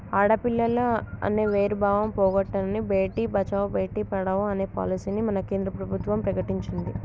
ఆడపిల్లలు అనే వేరు భావం పోగొట్టనని భేటీ బచావో బేటి పడావో అనే పాలసీని మన కేంద్ర ప్రభుత్వం ప్రకటించింది